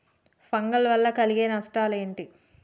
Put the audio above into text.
Fungal వల్ల కలిగే నష్టలేంటి?